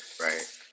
Right